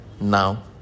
now